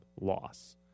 loss